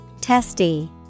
Testy